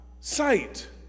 sight